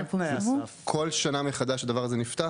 כל שנה מחדש הדבר הזה נפתח?